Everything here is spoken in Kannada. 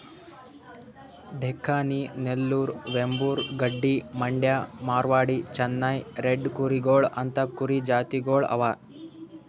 ಡೆಕ್ಕನಿ, ನೆಲ್ಲೂರು, ವೆಂಬೂರ್, ಗಡ್ಡಿ, ಮಂಡ್ಯ, ಮಾರ್ವಾಡಿ, ಚೆನ್ನೈ ರೆಡ್ ಕೂರಿಗೊಳ್ ಅಂತಾ ಕುರಿ ಜಾತಿಗೊಳ್ ಅವಾ